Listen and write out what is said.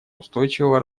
устойчивого